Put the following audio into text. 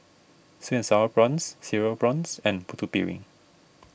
Sweet and Sour Prawns Cereal Prawns and Putu Piring